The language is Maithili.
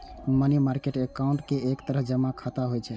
मनी मार्केट एकाउंट एक तरह जमा खाता होइ छै